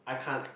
I can't